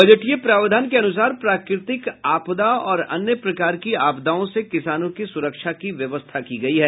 बजटीय प्रावधान के अनुसार प्राकृति आपदा और अन्य प्रकार की आपदाओं से किसानों की सुरक्षा की व्यवस्था की गयी है